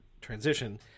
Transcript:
transition